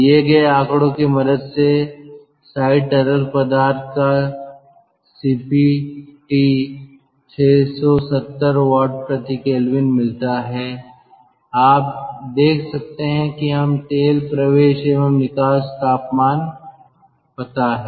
दिए हुए आंकड़ों के मदद से साइड तरल पदार्थ की ̇Cp टी और 670 W K मिलता है आप देख सकते हैं कि हम तेल प्रवेश एवं निकास तापमान पता है